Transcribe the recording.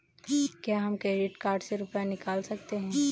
क्या हम credit card से रुपये निकाल सकते हैं?